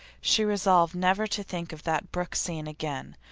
she resolved never to think of that brook scene again.